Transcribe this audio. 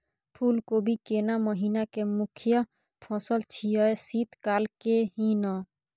फुल कोबी केना महिना के मुखय फसल छियै शीत काल के ही न?